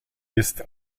ist